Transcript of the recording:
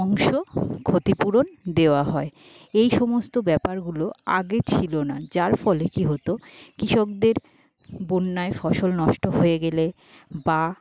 অংশ ক্ষতিপূরণ দেওয়া হয় এই সমস্ত ব্যাপারগুলো আগে ছিলো না যার ফলে কি হতো কৃষকদের বন্যায় ফসল নষ্ট হয়ে গেলে বা